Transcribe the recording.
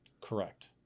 Correct